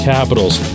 Capitals